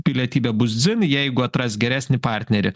pilietybė bus dzin jeigu atras geresnį partnerį